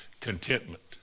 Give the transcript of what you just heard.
contentment